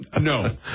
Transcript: No